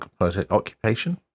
occupation